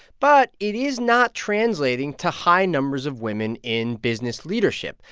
but it is not translating to high numbers of women in business leadership.